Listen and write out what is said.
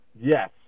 Yes